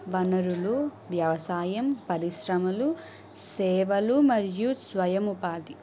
వనరులు వ్యవసాయం పరిశ్రమలు సేవలు మరియు స్వయం ఉపాధి